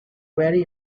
very